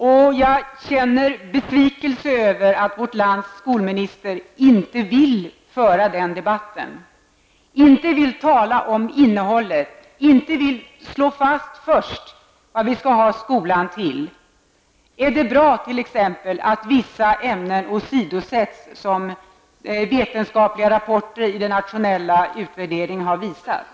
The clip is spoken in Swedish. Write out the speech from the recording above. Dessutom känner jag besvikelse över att vårt lands skolminister inte vill föra den debatten. Han vill inte tala om innehållet, och han vill inte heller börja med att först slå fast vad vi skall ha skolan till. Är det bra t.ex. att vissa ämnen åsidosätts, som vetenskapliga rapporter i den internationella utvärderingen har utvisat?